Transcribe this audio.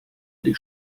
die